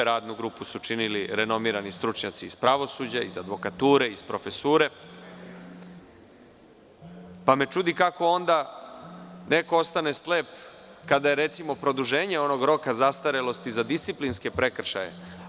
Radnu grupu su činili renomirani stručnjaci iz pravosuđa, iz advokature, iz profesure, pa me čudi kako onda neko ostane slep kada je recimo u pitanju produženje onog roka zastarelosti za disciplinske prekršaje.